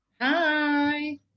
Hi